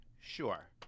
Sure